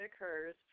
occurs